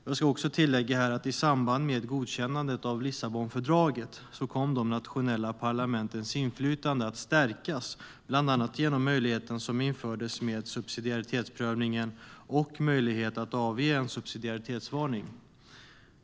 Jag ska också tillägga att de nationella parlamentens inflytande kom att stärkas i samband med godkännandet av Lissabonfördraget, bland annat genom den möjlighet till subsidiaritetsprövning som infördes och möjligheten att avge en subsidiaritetsvarning.